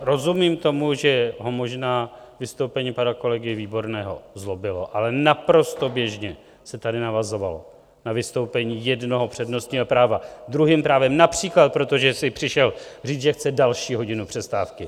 Rozumím tomu, že ho možná vystoupení pana kolegy Výborného zlobilo, ale naprosto běžně se tady navazovalo na vystoupení jednoho přednostního práva druhým právem, například proto, že si přišel říct, že chce další hodinu přestávky.